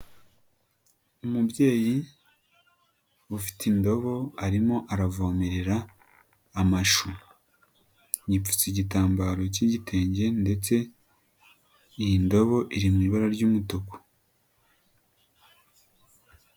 Umubyeyi ufite indobo arimo aravomerera amashu. Yipfutse igitambaro k'igitenge ndetse iyi ndobo iri mu ibara ry'umutuku.